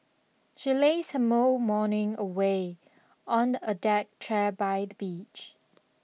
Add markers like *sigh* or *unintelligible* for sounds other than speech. she lazed her *unintelligible* morning away on a deck chair by the beach